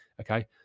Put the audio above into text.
okay